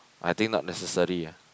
I think not necessary ah